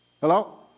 Hello